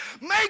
Make